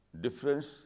difference